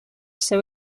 seu